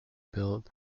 built